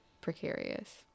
precarious